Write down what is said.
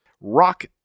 Rock